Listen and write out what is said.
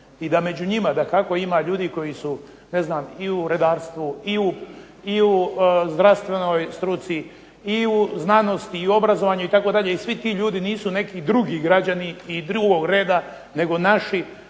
i da među njih dakako ima ljudi koji su i u redarstvu i u zdravstvenoj struci i u znanosti i u obrazovanju i svi ti ljudi nisu neki drugi građani i drugog reda nego naši